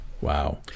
Wow